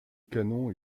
canon